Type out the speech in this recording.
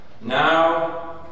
Now